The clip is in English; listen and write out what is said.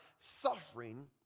Suffering